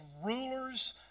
rulers